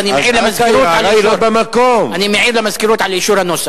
ואני מעיר למזכירות על האישור.